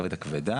הרכבת הכבדה,